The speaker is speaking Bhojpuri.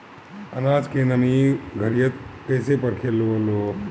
आनाज के नमी घरयीत कैसे परखे लालो?